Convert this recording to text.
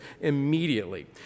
immediately